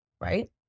right